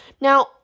Now